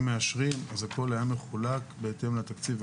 מאשרים, הכול היה מחולק בהתאם לתקציב.